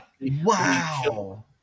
Wow